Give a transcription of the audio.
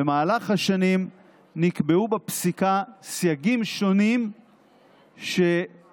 במהלך השנים נקבעו בפסיקה סייגים שונים שהזיזו